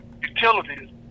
utilities